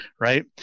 Right